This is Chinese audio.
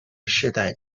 世代